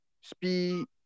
speed